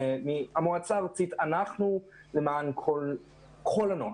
אנחנו במועצה הארצית למען כל הנוער,